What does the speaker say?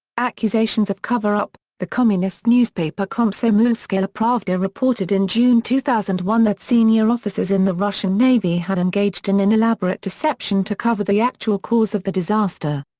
accusations of cover-up the communist newspaper komsomolskaya pravda reported in june two thousand and one that senior officers in the russian navy had engaged in an elaborate deception to cover the actual cause of the disaster.